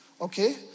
okay